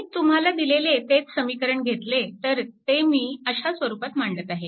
मी तुम्हाला दिलेले तेच समीकरण घेतले तर ते मी अशा स्वरूपात मांडत आहे